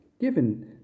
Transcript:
given